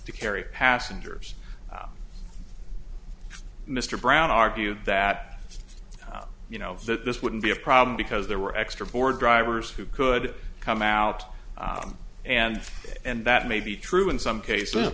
to carry passengers mr brown argued that you know that this wouldn't be a problem because there were extra board drivers who could come out and and that may be true in some cases